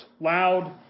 loud